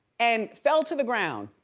and fell to the ground